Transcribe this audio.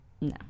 No